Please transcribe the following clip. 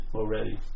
already